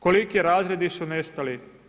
Koliki razredi su nestali?